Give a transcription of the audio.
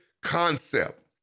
concept